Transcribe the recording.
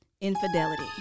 infidelity